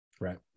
Right